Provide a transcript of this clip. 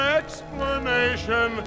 explanation